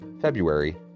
February